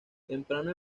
temprano